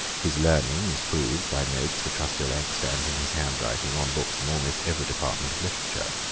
his learning is proved by notes which are still extant in his handwriting on books in almost every department of literature.